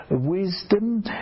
wisdom